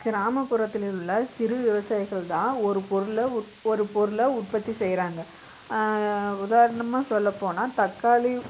கிராமப்புறத்திலுள்ள சிறு விவசாயிகள்தான் ஒரு பொருளை ஒரு பொருளை உற்பத்தி செய்யிறாங்க உதாரணமாக சொல்லப்போனால் தக்காளி